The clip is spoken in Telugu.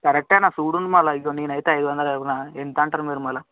కరెక్టే అన్న చూడండి మళ్ళా ఇదిగో నేను అయితే ఐదువందలు అడుగుతున్నాను ఎంత అంటారు మీరు మరల